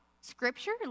scripture